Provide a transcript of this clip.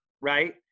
Right